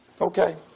Okay